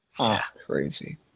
Crazy